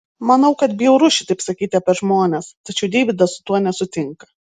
manau kad bjauru šitaip sakyti apie žmones tačiau deividas su tuo nesutinka